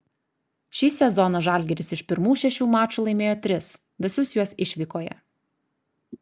šį sezoną žalgiris iš pirmų šešių mačų laimėjo tris visus juos išvykoje